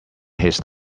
his